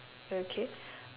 okay